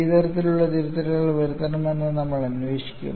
ഏത് തരത്തിലുള്ള തിരുത്തലുകൾ വരുത്തണമെന്ന് നമ്മൾ അന്വേഷിക്കും